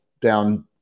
down